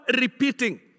repeating